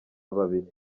babiri